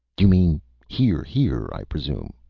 you mean hear! hear! i presume,